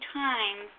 time